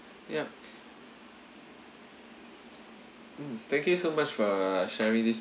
ya thank you so much for sharing this